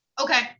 Okay